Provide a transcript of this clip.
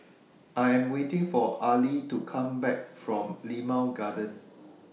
I Am waiting For Arly to Come Back from Limau Garden